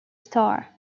star